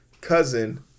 cousin